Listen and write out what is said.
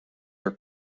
are